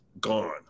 gone